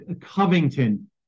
Covington